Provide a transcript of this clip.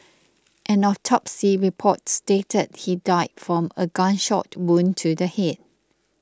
an autopsy report stated he died from a gunshot wound to the head